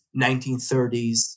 1930s